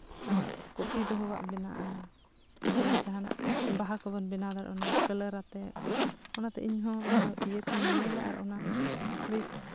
ᱠᱚᱯᱤ ᱫᱚᱦᱚ ᱟᱜ ᱵᱮᱱᱟᱜᱼᱟ ᱥᱮ ᱡᱟᱦᱟᱱᱟᱜ ᱵᱟᱦᱟ ᱠᱚᱵᱚᱱ ᱵᱮᱱᱟᱣ ᱫᱟᱲᱮᱭᱟᱜ ᱠᱟᱞᱟᱨ ᱟᱛᱮᱫ ᱚᱱᱟᱛᱮ ᱤᱧᱦᱚᱸ ᱚᱱᱟ ᱤᱭᱟᱹ ᱠᱚᱧ ᱧᱮᱞᱟ ᱟᱨ ᱚᱱᱟ